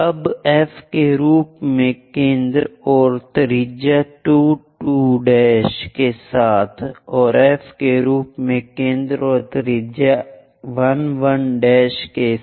अब F के रूप में केंद्र और त्रिज्या 2 2 के साथ और F के रूप में केंद्र और त्रिज्या 1 1 के साथ